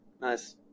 Nice